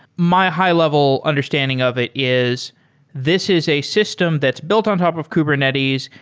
my high-level understanding of it is this is a system that's built on top of kubernetes.